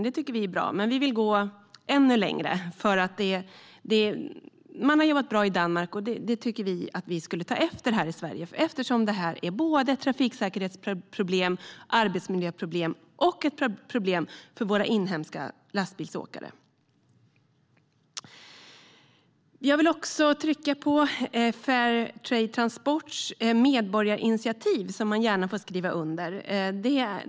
Det tycker vi är bra, men vi vill gå ännu längre. Man har nämligen jobbat bra i Danmark, och vi tycker att vi borde ta efter det i Sverige. Detta är nämligen såväl ett trafiksäkerhetsproblem och ett arbetsmiljöproblem som ett problem för våra inhemska lastbilsåkare. Jag vill också trycka på medborgarinitiativet Fair Transport, som man gärna får skriva under.